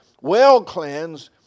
well-cleansed